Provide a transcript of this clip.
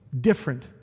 different